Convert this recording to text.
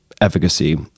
efficacy